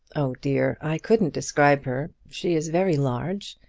oh dear i couldn't describe her. she is very large,